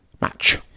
match